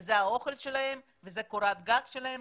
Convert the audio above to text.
זה האוכל שלהם וזאת קורת הגג שלהם.